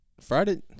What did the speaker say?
Friday